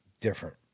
different